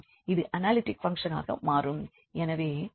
இது அனாலிட்டிக் பங்க்ஷனாக மாறும்